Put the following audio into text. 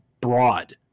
broad